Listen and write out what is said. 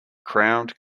crowned